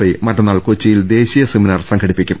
I മറ്റന്നാൾ കൊച്ചിയിൽ ദേശീയ സെമിനാർ സംഘടിപ്പിക്കും